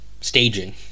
Staging